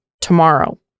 tomorrow